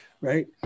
right